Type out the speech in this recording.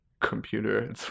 computer